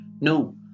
No